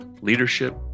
leadership